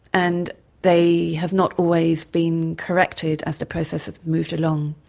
and they have not always been corrected as the process has moved along.